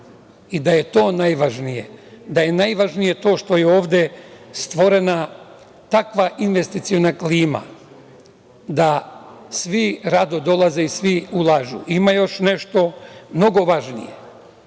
i da je to najvažnije, da je najvažnije to što je ovde stvorena takva investiciona klima da svi rado dolaze i svi ulažu. Ima još nešto mnogo važnije,